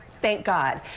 thank god.